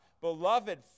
Beloved